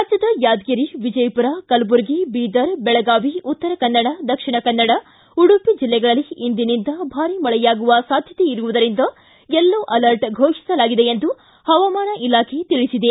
ರಾಜ್ಯದ ಯಾದಗಿರಿ ವಿಜಯಪುರ ಕಲಬುರ್ಗಿ ಬೀದರ್ ಬೆಳಗಾವಿ ಉತ್ತರ ಕನ್ನಡ ದಕ್ಷಿಣ ಕನ್ನಡ ಉಡುಪಿ ಜಿಲ್ಲೆಗಳಲ್ಲಿ ಇಂದಿನಿಂದ ಭಾರಿ ಮಳೆಯಾಗುವ ಸಾಧ್ಯತೆ ಇರುವುದರಿಂದ ಯೆಲ್ಲೊ ಅಲರ್ಟ್ ಘೋಷಿಸಲಾಗಿದೆ ಎಂದು ಹವಾಮಾನ ಇಲಾಖೆ ತಿಳಿಸಿದೆ